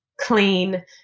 clean